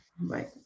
right